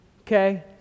Okay